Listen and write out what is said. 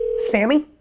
sammy?